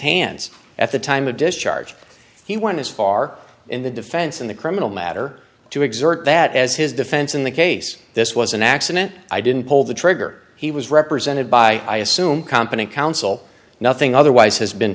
hands at the time of discharge he one is far in the defense in the criminal matter to exert that as his defense in the case this was an accident i didn't pull the trigger he was represented by i assume competent counsel nothing otherwise has been